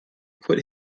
quit